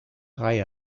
reihe